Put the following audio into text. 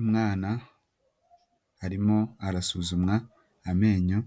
Umwana arimo arasuzumwa amenyo